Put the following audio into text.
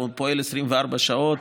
הוא פועל 24 שעות